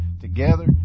Together